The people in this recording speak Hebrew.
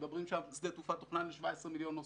ושדה התעופה תוכנן ל-17 מיליון נוסעים.